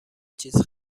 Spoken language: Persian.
چیز